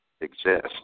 Exist